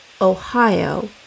Ohio